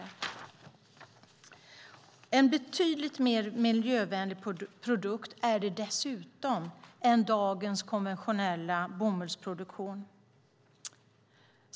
Det är dessutom en betydligt mer miljövänlig produktion än dagens konventionella bomullsproduktion.